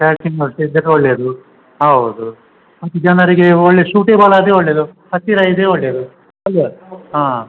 parking ಮತ್ತೆ ಇದ್ದರೆ ಒಳ್ಳೆಯದು ಹೌದು ಜನರಿಗೆ ಒಳ್ಳೆಯ ಶೂಟೇಬಲ್ ಆದರೆ ಒಳ್ಳೆಯದು ಹತ್ತಿರ ಇದ್ದರೆ ಒಳ್ಳೆಯದು ಹಾಂ